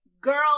girl